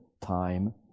time